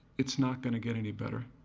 it's not gonna get any better.